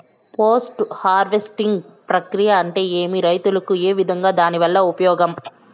Post harvesting ప్రక్రియ అంటే ఏమి? రైతుకు ఏ విధంగా దాని వల్ల ఉపయోగం?